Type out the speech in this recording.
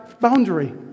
boundary